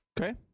Okay